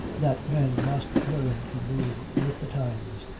that men must learn to move with the times,